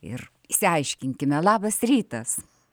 ir išsiaiškinkime labas rytas